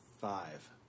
Five